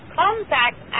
contact